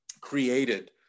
created